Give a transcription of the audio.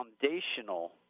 foundational